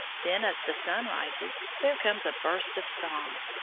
then, as the sun rises, there comes a burst of song.